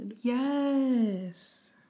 Yes